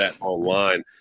Online